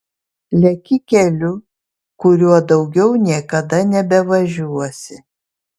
leki keliu kuriuo daugiau niekada nebevažiuosi